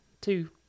two